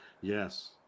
Yes